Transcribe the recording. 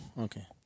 Okay